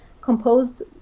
composed